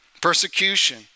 Persecution